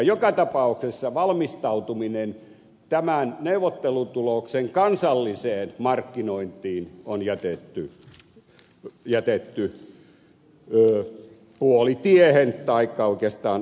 joka tapauksessa valmistautuminen tämän neuvottelutuloksen kansalliseen markkinointiin on jätetty puolitiehen taikka oikeastaan alkumetreille